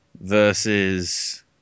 versus